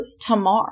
Tamar